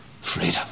Freedom